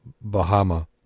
Bahama